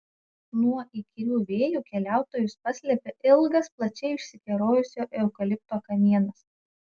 nuo įkyrių vėjų keliautojus paslėpė ilgas plačiai išsikerojusio eukalipto kamienas